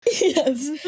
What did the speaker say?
yes